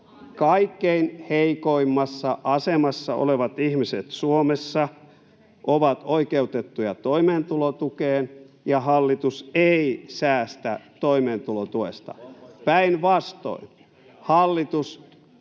Kaikkein heikoimmassa asemassa olevat ihmiset Suomessa ovat oikeutettuja toimeentulotukeen, ja hallitus ei säästä toimeentulotuesta — päinvastoin. Hallitus